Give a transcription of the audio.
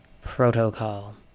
protocol